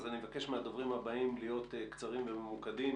אז אני מבקש מהדוברים הבאים להיות קצרים וממוקדים.